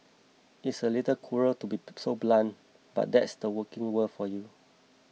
it's a little cruel to be so blunt but that's the working world for you